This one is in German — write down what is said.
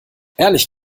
ehrlich